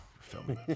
filming